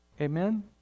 Amen